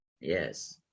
yes